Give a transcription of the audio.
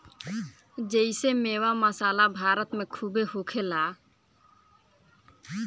जेइसे मेवा, मसाला भारत मे खूबे होखेला